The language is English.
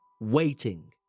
waiting